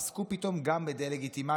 עסקו פתאום גם בדה-לגיטימציה.